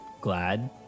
glad